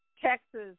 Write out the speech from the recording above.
Texas